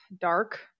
dark